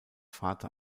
vater